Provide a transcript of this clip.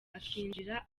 akinjira